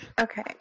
Okay